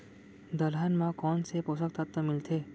दलहन म कोन से पोसक तत्व मिलथे?